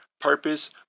Purpose